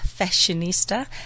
fashionista